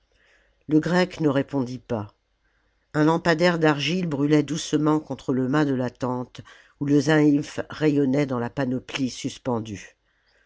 le grec ne répondit pas un lampadaire d'ari salammbo gile brûlait doucement contre le mât de la tente où le zaïmph rayonnait dans la panoplie suspendue